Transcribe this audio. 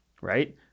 Right